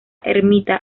ermita